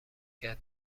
کرد